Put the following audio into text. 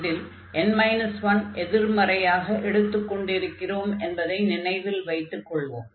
இதில் n 1 எதிர்மறையாக எடுத்துக் கொண்டிருக்கிறோம் என்பதை நினைவில் வைத்துக் கொள்வோம்